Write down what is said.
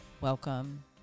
Welcome